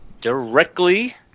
directly